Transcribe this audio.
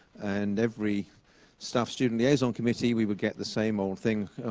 and every staff student liaison committee, we would get the same old thing.